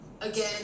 again